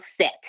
set